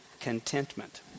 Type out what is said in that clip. contentment